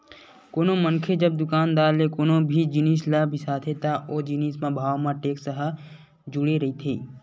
कोनो मनखे जब दुकानदार ले कोनो भी जिनिस ल बिसाथे त ओ जिनिस म भाव म टेक्स ह जुड़े रहिथे